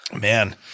Man